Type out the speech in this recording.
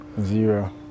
Zero